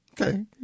Okay